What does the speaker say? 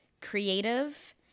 creative